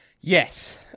Yes